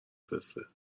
فرسته